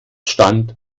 stand